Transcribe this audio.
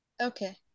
Okay